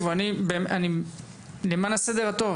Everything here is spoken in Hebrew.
למען הסדר הטוב,